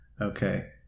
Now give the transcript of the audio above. Okay